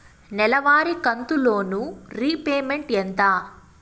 నెలవారి కంతు loan repayment ఎంత?